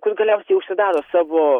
kur galiausiai užsidaro savo